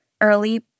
early